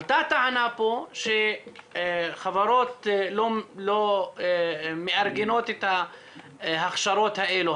עלתה טענה פה שחברות לא מארגנות את ההכשרות האלה,